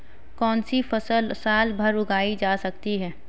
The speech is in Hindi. कौनसी फसल साल भर उगाई जा सकती है?